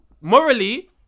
morally